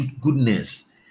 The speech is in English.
goodness